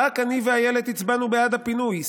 רק אני ואילת הצבענו בעד הפינוי,